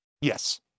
Yes